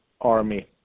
army